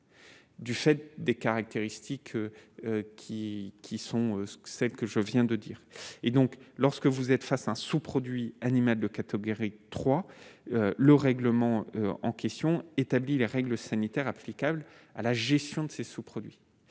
Du fait des caractéristiques qui qui sont ceux que celle que je viens de dire, et donc lorsque vous êtes face un sous-produit animal de catégorie 3 le règlement en question établi les règles sanitaires applicables. à la gestion de ces sous-produits,